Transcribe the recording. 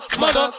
mother